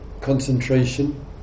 concentration